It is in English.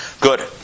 Good